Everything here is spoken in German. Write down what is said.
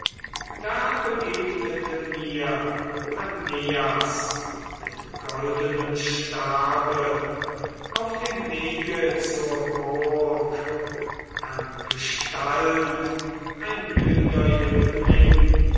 da begegnete mir hermeias mit goldenem stabe auf dem wege zur burg an gestalt ein blühender jüngling